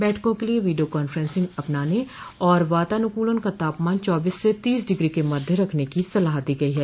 बैठकों के लिये वीडियो कांफ्रेंसिंग अपनाने और वातानुकूलन का तापमान चौबीस से तीस डिग्री के मध्य रखने की सलाह दी गई है